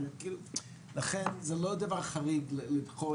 לכן זה לא דבר חריג לדחות.